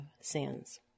sins